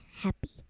happy